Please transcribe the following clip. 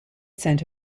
cent